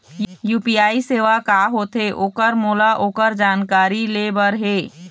UPI सेवा का होथे ओकर मोला ओकर जानकारी ले बर हे?